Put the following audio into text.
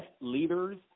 leaders